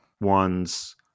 one's